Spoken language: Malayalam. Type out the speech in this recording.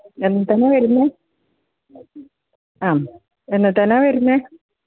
എന്നാണ് വരുന്നത് ആം എന്നാണ് വരുന്നത്